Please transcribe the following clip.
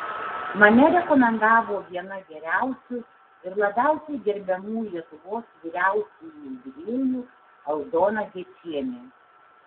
mane rekomendavo viena geriausių ir labiausiai gerbiamų lietuvos vyriausiųjų virėjų aldona gečienė